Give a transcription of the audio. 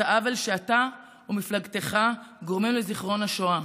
העוול שאתה ומפלגתך גורמים לזיכרון השואה.